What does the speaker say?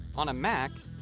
on a mac.